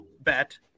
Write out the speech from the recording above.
bet